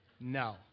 No